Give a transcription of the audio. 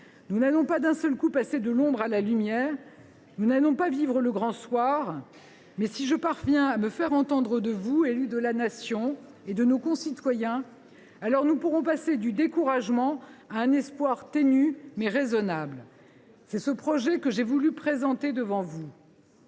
Nous n’allons pas d’un seul coup passer de l’ombre à la lumière. Nous n’allons pas vivre le Grand Soir. Mais si je parviens à me faire entendre de vous, élus de la Nation, et de nos concitoyens, alors nous pourrons passer du découragement à un espoir ténu, mais raisonnable. C’est ce projet que j’ai voulu présenter devant vous.